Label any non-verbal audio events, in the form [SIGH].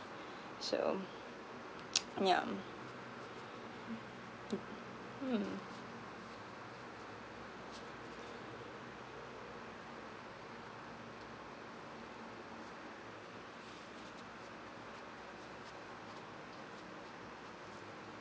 so [NOISE] yeah mm [NOISE] hmm